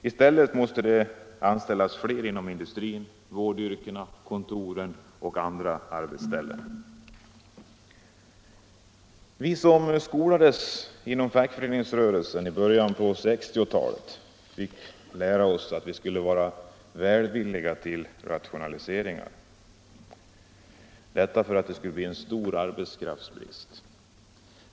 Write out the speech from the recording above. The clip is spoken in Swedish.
I stället måste det anställas fler inom industrin, i vårdyrkena, på kontoren och på andra arbetsställen. Vi som skolades inom fackföreningsrörelsen i början av 1960-talet fick lära oss att vi skulle ställa oss välvilliga till rationaliseringar, detta därför att det skulle bli en stor arbetskraftsbrist.